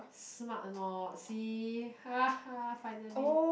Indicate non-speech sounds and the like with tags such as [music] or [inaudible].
smart or not see [laughs] finally